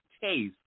case